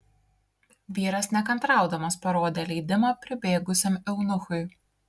vyras nekantraudamas parodė leidimą pribėgusiam eunuchui